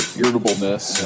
irritableness